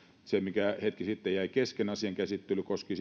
se asia minkä käsittely hetki sitten jäi kesken koski